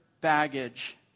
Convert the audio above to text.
baggage